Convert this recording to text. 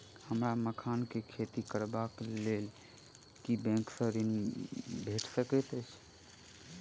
हमरा मखान केँ खेती करबाक केँ लेल की बैंक मै ऋण मिल सकैत अई?